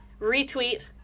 retweet